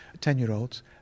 ten-year-olds